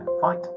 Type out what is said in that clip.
fight